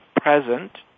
present